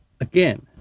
again